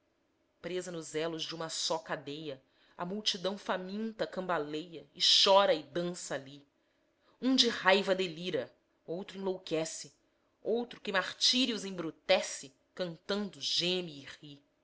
presa nos elos de uma só cadeia a multidão faminta cambaleia e chora e dança ali um de raiva delira outro enlouquece outro que martírios embrutece cantando geme